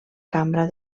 cambra